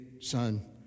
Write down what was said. son